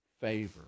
favor